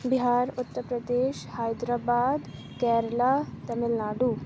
Bihar Uttar Pradesh Hyderabad Kerala Tamil Nadu